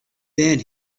then